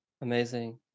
Amazing